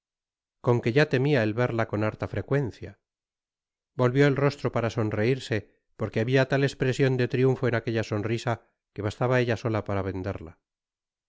con que ya temia el verla con harta frecuencia volvió el rostro para sonreirse porque habia tal espresion de triunfo en aquella sonrisa que bastaba ella sola para venderla